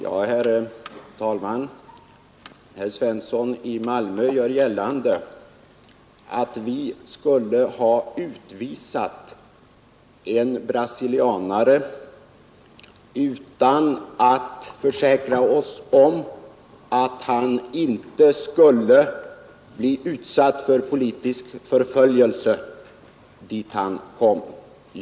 Herr talman! Herr Svensson i Malmö gör gällande att invandrarverket skulle ha utvisat en brasilianare utan att försäkra sig om att han inte skulle bli utsatt för politisk förföljelse i det land dit han kom.